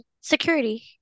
security